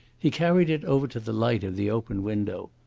he carried it over to the light of the open window.